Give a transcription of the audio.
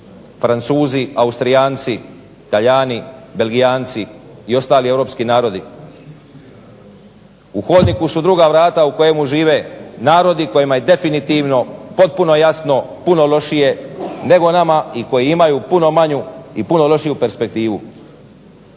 Francuzi, Austrijanci, Talijani, Belgijanci i ostali europski narodi. U hodniku su druga vrata u kojemu žive narodi kojima je definitivno potpuno jasno puno lošije nego nama i koji imaju puno manju i puno lošiju perspektivu.